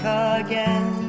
again